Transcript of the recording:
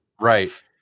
right